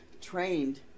trained